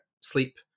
sleep